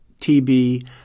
TB